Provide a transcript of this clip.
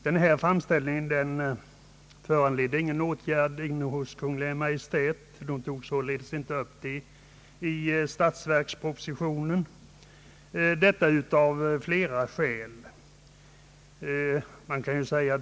Denna begäran föranledde ingen åtgärd av Kungl. Maj:t, som således inte tog upp den i statsverkspropositionen, detta av flera skäl.